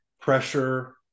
pressure